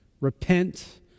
repent